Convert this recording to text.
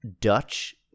Dutch